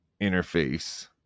interface